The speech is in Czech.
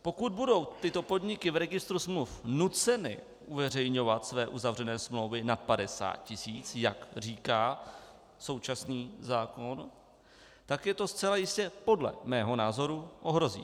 Pokud budou tyto podniky v registru smluv nuceny uveřejňovat své uzavřené smlouvy nad 50 tisíc, jak říká současný zákon, tak je to zcela jistě podle mého názoru ohrozí.